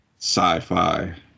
sci-fi